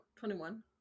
21